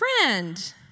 friend